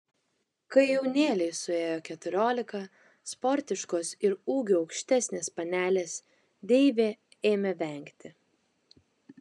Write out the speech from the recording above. kai jaunėlei suėjo keturiolika sportiškos ir ūgiu aukštesnės panelės deivė ėmė vengti